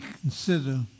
consider